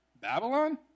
Babylon